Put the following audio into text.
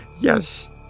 Yes